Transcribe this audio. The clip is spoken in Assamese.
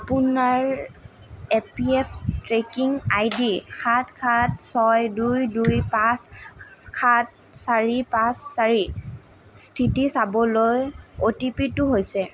আপোনাৰ A P F tracking I D সাত সাত ছয় দুই দুই পাঁচ সাত চাৰি পাঁচ চাৰি স্থিতি চাবলৈ অ'টিপিটো হৈছে